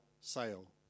sale